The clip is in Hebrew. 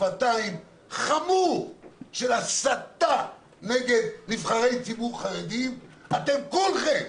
שפתיים חמור של הסתה נגד נבחרי ציבור חרדים אתם כולכם,